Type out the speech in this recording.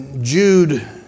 Jude